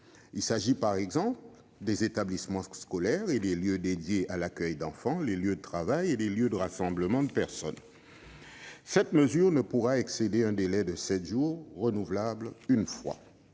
personnes- par exemple, des établissements scolaires, des lieux dédiés à l'accueil d'enfants, des lieux de travail ou des lieux de rassemblement. Cette mesure ne pourra excéder un délai de sept jours, renouvelable une fois.